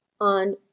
on